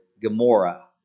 Gomorrah